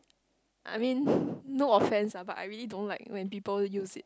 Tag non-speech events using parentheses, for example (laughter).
I mean (breath) no offence ah but I really don't like when people use it